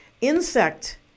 insect